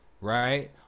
right